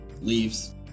leaves